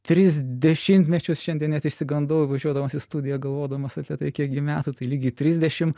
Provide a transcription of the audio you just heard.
tris dešimtmečius šiandien net išsigandau važiuodamas į studiją galvodamas apie tai kiek gi metų tai lygiai trisdešim